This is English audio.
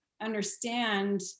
understand